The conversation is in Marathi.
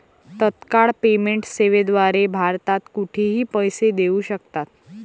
तत्काळ पेमेंट सेवेद्वारे भारतात कुठेही पैसे देऊ शकतात